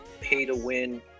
pay-to-win